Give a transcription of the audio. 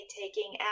taking